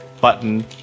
button